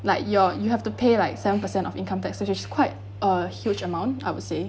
like your you have to pay like seven percent of income tax which is quite a huge amount I would say